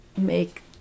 make